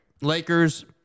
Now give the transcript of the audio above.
Lakers